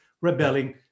rebelling